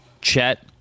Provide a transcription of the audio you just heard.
Chet